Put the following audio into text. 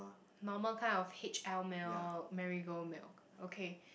normal kind of H_L milk Mari-Gold milk okay